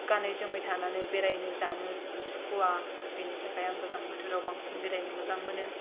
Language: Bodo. गानै जोमै थानानै बेरायनो जानो सुखुवा बिनि थाखाय आं गोजां बोथोराव बांसिन बेरायनो मोजां मोनो